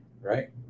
Right